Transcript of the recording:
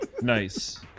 nice